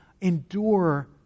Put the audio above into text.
endure